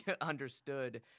understood